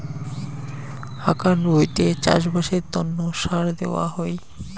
হাকান ভুঁইতে চাষবাসের তন্ন সার দেওয়া হই